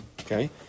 Okay